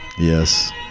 Yes